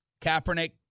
Kaepernick